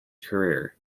career